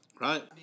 Right